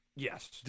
Yes